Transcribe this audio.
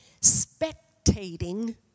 spectating